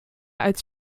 als